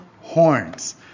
horns